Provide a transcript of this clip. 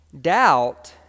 Doubt